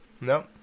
no